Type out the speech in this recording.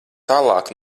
tālāk